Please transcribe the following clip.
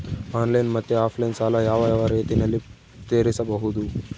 Online ಮತ್ತೆ offline ಸಾಲ ಯಾವ ಯಾವ ರೇತಿನಲ್ಲಿ ತೇರಿಸಬಹುದು?